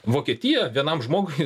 vokietijoj vienam žmogui